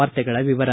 ವಾರ್ತೆಗಳ ವಿವರ